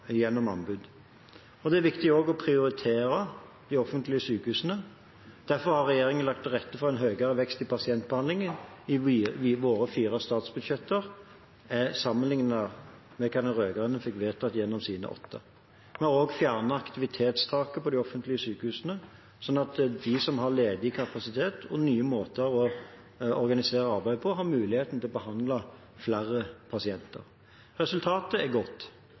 Det er viktig også å prioritere de offentlige sykehusene. Derfor har regjeringen lagt til rette for en høyere vekst i pasientbehandlingen i våre fire statsbudsjetter, sammenlignet med hva den rød-grønne fikk vedtatt gjennom sine åtte. Vi har også fjernet aktivitetstaket på de offentlige sykehusene, slik at de som har ledig kapasitet og nye måter å organisere arbeidet på, har mulighet til å behandle flere pasienter. Resultatet er godt.